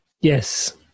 Yes